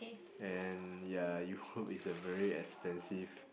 and ya Europe is a very expensive